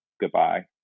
goodbye